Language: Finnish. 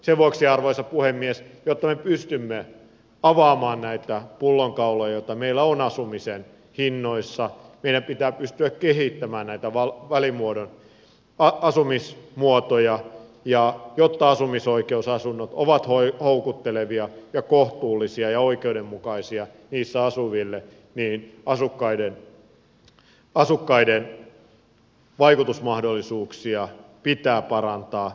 sen vuoksi arvoisa puhemies jotta me pystymme avaamaan näitä pullonkauloja joita meillä on asumisen hinnoissa meidän pitää pystyä kehittämään näitä välimuodon asumismuotoja ja jotta asumisoikeusasunnot ovat houkuttelevia ja kohtuullisia ja oikeudenmukaisia niissä asuville asukkaiden vaikutusmahdollisuuksia pitää parantaa